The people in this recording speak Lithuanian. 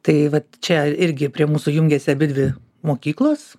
tai vat čia irgi prie mūsų jungiasi abidvi mokyklos